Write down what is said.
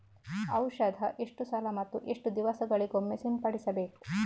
ಔಷಧ ಎಷ್ಟು ಸಲ ಮತ್ತು ಎಷ್ಟು ದಿವಸಗಳಿಗೊಮ್ಮೆ ಸಿಂಪಡಿಸಬೇಕು?